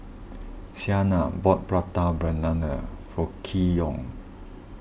Siena bought Prata Banana for Keyon